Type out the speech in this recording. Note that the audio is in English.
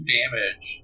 damage